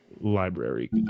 library